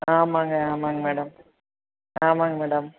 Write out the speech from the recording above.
ஆமாம்ங்க ஆமாங்க மேடம் ஆமாங்க மேடம்